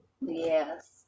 Yes